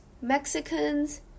Mexicans